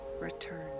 Return